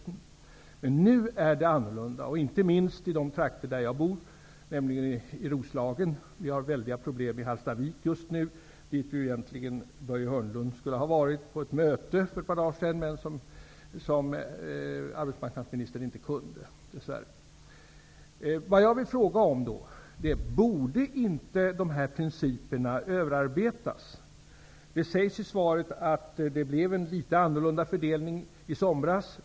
Nu är det annorlunda, inte minst i de trakter där jag bor, nämligen Roslagen. Vi har väldiga problem vid Hallstavik. Egentligen skulle Börje Hörnlund ha varit på ett möte där för ett par dagar sedan, men arbetsmarknadsministern kunde dess värre inte komma. Jag undrar om inte dessa regler borde ses över. Det sägs i svaret att det blev en litet annorlunda fördelning i somras.